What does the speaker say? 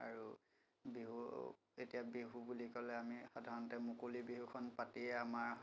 আৰু বিহু যেতিয়া বিহু বুলি ক'লে আমি সাধাৰণতে মুকলি বিহুখন পাতিয়ে আমাৰ